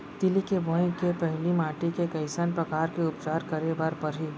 तिलि के बोआई के पहिली माटी के कइसन प्रकार के उपचार करे बर परही?